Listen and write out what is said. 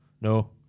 No